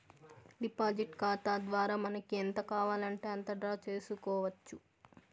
deposit ఖాతా ద్వారా మనకి ఎంత కావాలంటే అంత డ్రా చేసుకోవచ్చు